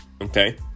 okay